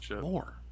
more